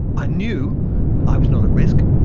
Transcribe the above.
i knew i was not at risk,